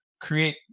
create